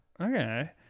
okay